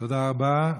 תודה רבה.